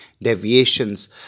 deviations